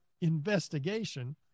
investigation